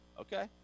Okay